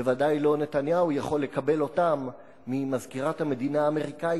בוודאי לא נתניהו יכול לקבל אותם ממזכירת המדינה האמריקנית,